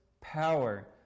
power